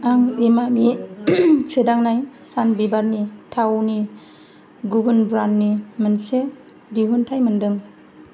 आं इमामि सोदांनाय सानबिबारनि थावनि गुबुन ब्रेन्डनि मोनसे दिहुनथाइ मोनदों